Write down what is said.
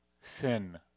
sin